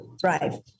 thrive